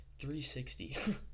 360